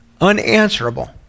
Unanswerable